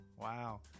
Wow